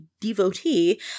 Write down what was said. devotee